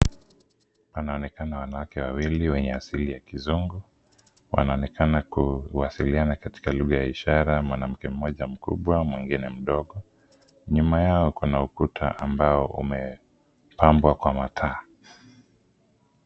Panaonekana wanawake wawili wenye asili ya kizungu. Wanaonekana kuwasiliana katika lugha ya ishara, mwanamke mmoja mkubwa mwingine mdogo. Nyuma yao kuna ukuta ambao umepambwa kwa mataa.